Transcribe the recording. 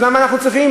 אז למה אנחנו צריכים